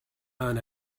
earn